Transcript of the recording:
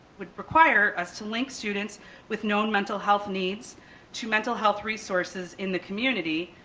would require us to link students with known mental health needs to mental health resources in the community